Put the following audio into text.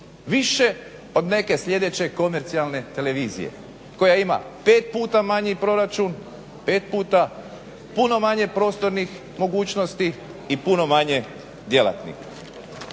više od neke sljedeće komercijalne televizije koja ima pet puta manji proračun, pet puta puno manje prostornih mogućnosti i puno manje djelatnika.